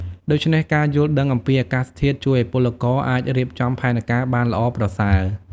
ដូច្នេះ ការយល់ដឹងអំពីអាកាសធាតុជួយឱ្យពលករអាចរៀបចំផែនការបានល្អប្រសើរ។